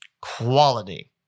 Quality